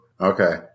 Okay